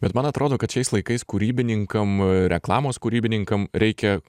bet man atrodo kad šiais laikais kūrybininkam reklamos kūrybininkam reikia